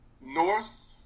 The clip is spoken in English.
North